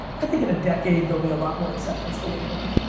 i think in a decade, there'll be a lot more acceptance to what we're doing.